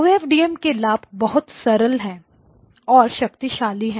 ओ F D M OFDM के लाभ बहुत सरल और शक्तिशाली है